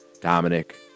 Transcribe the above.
dominic